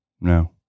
no